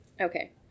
Okay